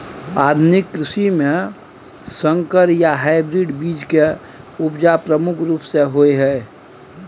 आधुनिक कृषि में संकर या हाइब्रिड बीज के उपजा प्रमुख रूप से होय हय